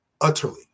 utterly